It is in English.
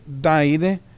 died